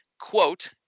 quote